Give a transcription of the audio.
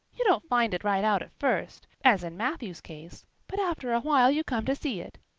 you don't find it right out at first, as in matthew's case, but after a while you come to see it.